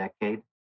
decade